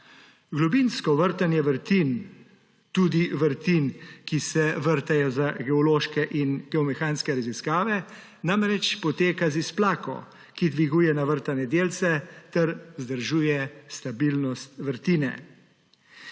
Globinsko vrtanje vrtin, tudi vrtin, ki se vrtajo za geološke in geomehanske raziskave, namreč poteka z izplako, ki dviguje navrtane delce ter vzdržuje stabilnost vrtine.